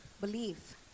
Believe